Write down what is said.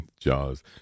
JAWS